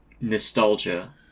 nostalgia